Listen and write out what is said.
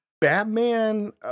Batman